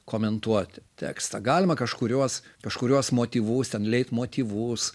komentuoti tekstą galima kažkuriuos kažkuriuos motyvus ten leitmotyvus